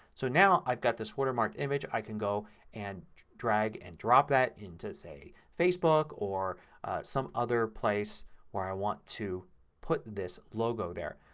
so now i've got this watermarked image. i can go and drag and drop that into say facebook or some other place where i want to put this logo there.